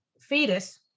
fetus